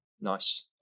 nice